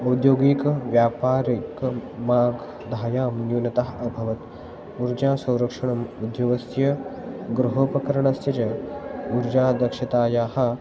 औद्योगिकव्यापारिकमगधायां न्यूनता अभवत् ऊर्जासंरक्षणम् उद्योगस्य गृहोपकरणस्य च ऊर्जादक्षतायाः